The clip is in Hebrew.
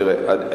תראה,